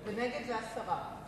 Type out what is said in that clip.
ונגד זה הסרה.